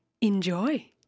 Enjoy